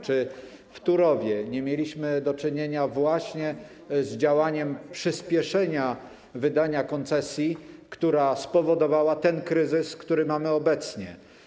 Czy w Turowie nie mieliśmy do czynienia z działaniem dotyczącym przyspieszenia wydania koncesji, która spowodowała ten kryzys, który mamy obecnie?